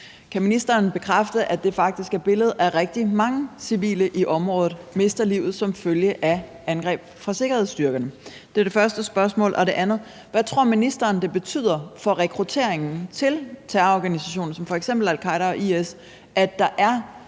Kan ministeren bekræfte, at det faktisk er billedet, at rigtig mange civile i området mister livet som følge af angreb fra sikkerhedsstyrkerne? Det er det første spørgsmål. Det andet spørgsmål er: Hvad tror ministeren det betyder for rekrutteringen til terrororganisationer som f.eks. al-Qaeda og IS, at der er